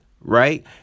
right